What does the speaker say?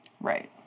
Right